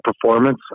performance